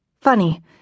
Funny